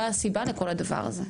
לא הייתה סיבה לכל הדבר הזה.